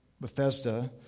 Bethesda